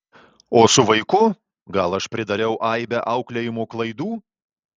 o su vaiku gal aš pridariau aibę auklėjimo klaidų